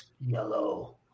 Yellow